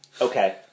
Okay